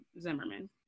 Zimmerman